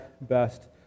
best